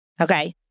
Okay